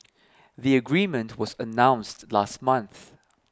the agreement was announced last month